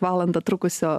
valandą trukusio